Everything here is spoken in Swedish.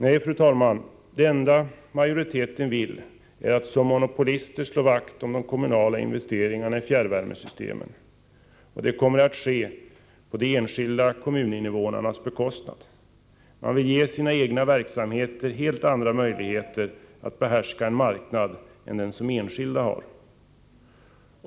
Nej, fru talman, det enda majoriteten vill är att som monopolister slå vakt Nr 51 om de kommunala investeringarna i fjärrvärmesystemen. Det kommer att Torsdagen den ske på de enskilda kommuninvånarnas bekostnad. Man vill ge sina egna 13 december 1984 verksamheter helt andra möjligheter att behärska en marknad än den som enskilda har.